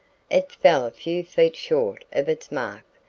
it fell a few feet short of its mark,